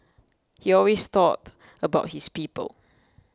he always thought about his people